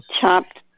chopped